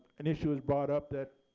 an issue was brought up that